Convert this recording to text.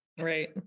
right